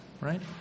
right